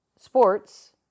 sports